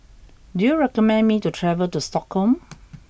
do you recommend me to travel to Stockholm